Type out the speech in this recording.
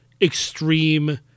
extreme